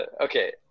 okay